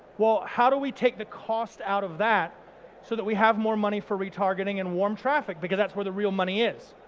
well, how do we take the cost out of that so that we have more money for retargeting and warm traffic, because that's where the real money is?